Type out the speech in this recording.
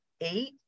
eight